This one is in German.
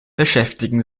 beschäftigen